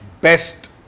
best